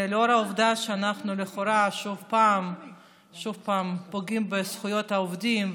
ולאור העובדה שאנחנו לכאורה שוב פעם פוגעים בזכויות העובדים,